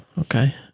Okay